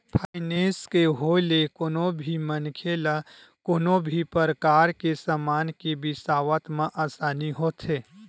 finance के होय ले कोनो भी मनखे ल कोनो भी परकार के समान के बिसावत म आसानी होथे